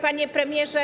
Panie Premierze!